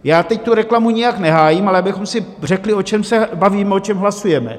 Já teď tu reklamu nijak nehájím, ale abychom si řekli, o čem se bavíme, o čem hlasujeme.